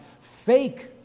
fake